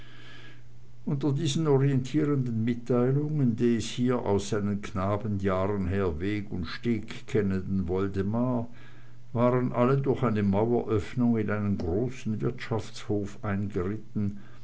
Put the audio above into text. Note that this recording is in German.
unter diesen orientierenden mitteilungen des hier aus seinen knabenjahren her weg und steg kennenden woldemar waren alle durch eine maueröffnung in einen großen wirtschaftshof eingeritten